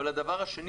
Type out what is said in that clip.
שנית,